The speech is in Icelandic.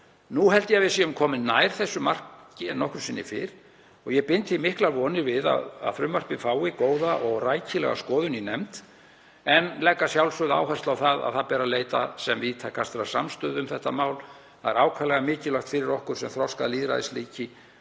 Nú held ég að við séum komin nær þessu marki en nokkru sinni fyrr. Ég bind því miklar vonir við að frumvarpið fái góða og rækilega skoðun í nefnd en legg að sjálfsögðu áherslu á að það ber að leita sem víðtækastrar samstöðu um þetta mál. Það er ákaflega mikilvægt fyrir okkur sem þroskað lýðræðisríki